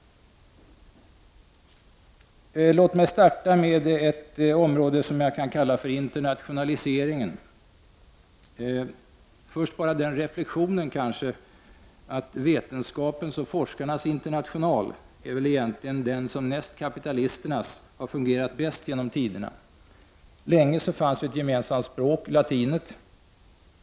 Låt mig starta med ett område som jag kan kalla för internationaliseringen. Först bara den reflektionen att vetenskapens och forskarnas international väl egentligen är den som, näst kapitalisternas, har fungerat bäst genom tiderna. Länge fanns ett gemensamt språk, latinet.